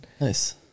Nice